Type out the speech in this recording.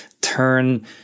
turn